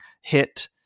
hit